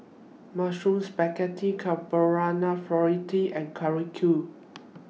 Mushroom Spaghetti Carbonara Fritada and Korokke